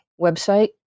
website